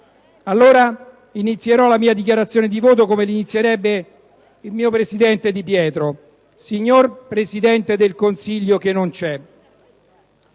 allora la mia dichiarazione di voto come la inizierebbe il mio presidente Di Pietro: «Signor Presidente del Consiglio che non c'è»,